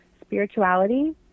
spirituality